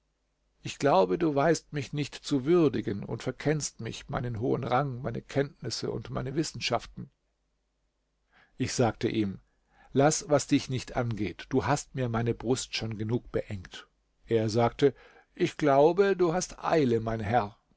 ich glaube du weißt mich nicht zu würdigen und verkennst mich meinen hohen rang meine kenntnisse und meine wissenschaften ich sagte ihm laß was dich nicht angeht du hast mir meine brust schon genug beengt er sagte ich glaube du hast eile mein herr